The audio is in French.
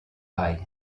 rail